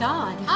God